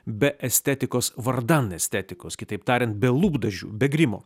be estetikos vardan estetikos kitaip tariant be lūpdažių be grimo